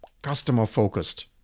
Customer-focused